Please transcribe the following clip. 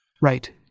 Right